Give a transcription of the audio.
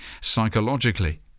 psychologically